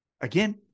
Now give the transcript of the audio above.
again